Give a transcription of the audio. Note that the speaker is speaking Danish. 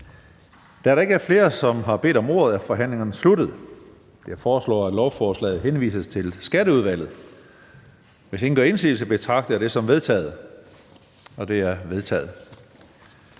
Da der ikke er flere, som har bedt om ordet, er forhandlingen sluttet. Jeg foreslår, at lovforslaget henvises til Skatteudvalget. Hvis ingen gør indsigelse, betragter jeg det som vedtaget. Det er vedtaget.